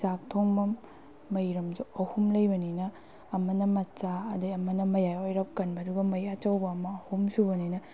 ꯆꯥꯛ ꯊꯣꯡꯐꯝ ꯃꯩꯔꯝꯁꯨ ꯑꯍꯨꯝ ꯂꯩꯕꯅꯤꯅ ꯑꯃꯅ ꯃꯆꯥ ꯑꯗꯩ ꯑꯃꯅ ꯃꯌꯥꯏ ꯑꯣꯏꯔꯞ ꯀꯟꯕ ꯑꯗꯨꯒ ꯃꯩ ꯑꯆꯧꯕ ꯑꯃ ꯑꯍꯨꯝ ꯁꯨꯕꯅꯤꯅ